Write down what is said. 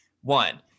One